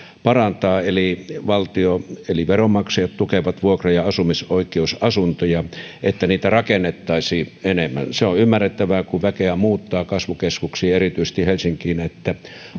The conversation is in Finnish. parantaa eli valtio eli veronmaksajat tukevat vuokra ja asumisoikeusasuntoja niin että niitä rakennettaisiin enemmän se on ymmärrettävää kun väkeä muuttaa kasvukeskuksiin erityisesti helsinkiin että